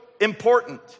important